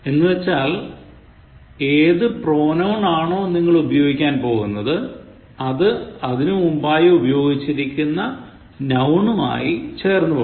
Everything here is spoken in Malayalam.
എന്നുവച്ചാൽ ഏതു pronoun ആണോ നിങ്ങൾ ഉപയോഗിക്കാൻ പോകുന്നത് അത് അതിനു മുമ്പായി ഉപയോഗിച്ചിരിക്കുന്ന nounമായി ചേർന്നു പോകണം